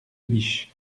biche